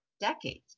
decades